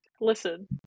Listen